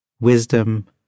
Wisdom